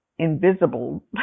invisible